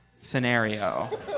scenario